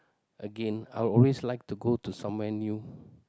Again I would always like to go to somewhere new